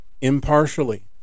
impartially